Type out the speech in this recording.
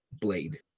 blade